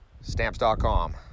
stamps.com